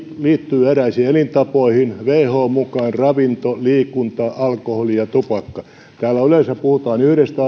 liittyvät eräisiin elintapoihin whon mukaan ravintoon liikuntaan alkoholiin ja tupakkaan täällä yleensä puhutaan yhdestä